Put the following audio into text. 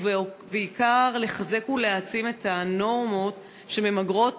ובעיקר לחזק ולהעצים את הנורמות שממגרות